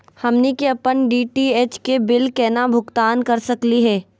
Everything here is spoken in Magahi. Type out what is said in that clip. हमनी के अपन डी.टी.एच के बिल केना भुगतान कर सकली हे?